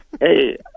Hey